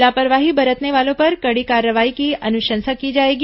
लापरवाही बरतने वालों पर कड़ी कार्रवाई की अनुशंसा की जाएगी